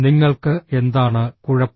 നിങ്ങൾക്ക് എന്താണ് കുഴപ്പം